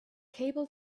cable